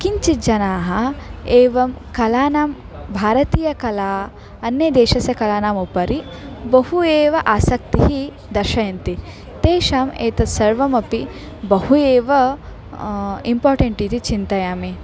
किञ्चिज्जनाः एवं कलानां भारतीयकला अन्यदेशस्य कलानाम् उपरि बहु एव आसक्तिः दर्शयन्ति तेषाम् एतत् सर्वमपि बहु एव इम्पोर्टेण्ट् इति चिन्तयामि